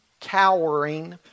cowering